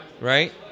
right